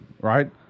right